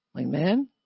Amen